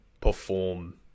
perform